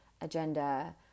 agenda